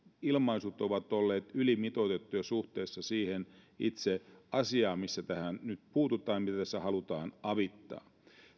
ilmaisut ovat olleet ylimitoitettuja suhteessa siihen itse asiaan mihin tässä nyt puututaan mitä tässä halutaan avittaa